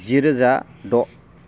जिरोजा द'